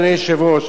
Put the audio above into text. אדוני היושב-ראש,